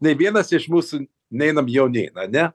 nei vienas iš mūsų neinam jaunyn ane